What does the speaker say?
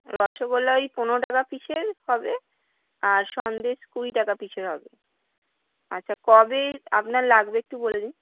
রসগোল্লা ওই পনেরো টাকা পিসের হবে আর সন্দেশ কুড়ি টাকা পিসের হবে আচ্ছা কবে আপনার লাগবে একটু বলে দিন